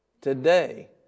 today